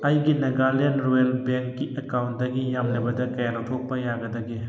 ꯑꯩꯒꯤ ꯅꯥꯒꯥꯂꯦꯟ ꯔꯨꯔꯦꯜ ꯕꯦꯡꯛꯀꯤ ꯑꯦꯀꯥꯎꯟꯗꯒꯤ ꯌꯥꯝꯂꯕꯗ ꯀꯌꯥ ꯂꯧꯊꯣꯛꯄ ꯌꯥꯒꯗꯒꯦ